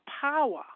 power